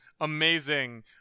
amazing